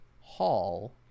Hall